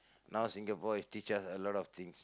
now Singapore is teach us a lot of things